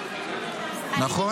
נכון?